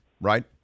right